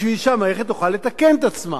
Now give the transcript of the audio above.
כדי שהמערכת תוכל לתקן את עצמה.